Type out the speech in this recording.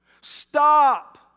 Stop